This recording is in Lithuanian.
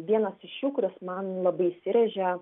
vienas iš jų kuris man labai įsirėžė